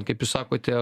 kaip jūs sakote